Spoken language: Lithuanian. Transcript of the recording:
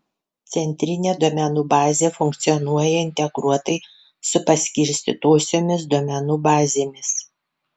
centrinė duomenų bazė funkcionuoja integruotai su paskirstytosiomis duomenų bazėmis